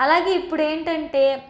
అలాగే ఇప్పుడు ఏంటంటే